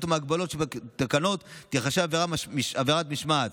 או מההגבלות שבתקנות תיחשב עבירת משמעת.